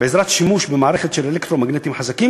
בעזרת שימוש במערכת של אלקטרומגנטים חזקים